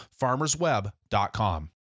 FarmersWeb.com